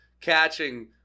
catching